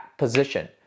Position